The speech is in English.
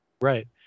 Right